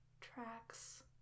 tracks